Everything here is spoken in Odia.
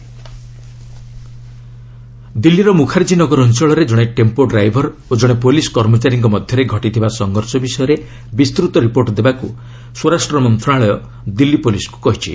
ହୋମ୍ ମିନିଷ୍ଟ୍ରୀ ଦିଲ୍ଲୀ ପୁଲିସ୍ ଦିଲ୍ଲୀର ମୁଖାର୍ଜୀ ନଗର ଅଞ୍ଚଳରେ ଜଣେ ଟେମ୍ପୋ ଡ୍ରାଇଭର ଓ ଜଣେ ପୁଲିସ୍ କର୍ମଚାରୀଙ୍କ ମଧ୍ୟରେ ଘଟିଥିବା ସଂଘର୍ଷ ବିଷୟରେ ବିସ୍ତୃତ ରିପୋର୍ଟ ଦେବାକୁ ସ୍ୱରାଷ୍ଟ୍ର ମନ୍ତ୍ରଣାଳୟ ଦିଲ୍ଲୀ ପୁଲିସ୍କୁ କହିଛି